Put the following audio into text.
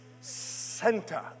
center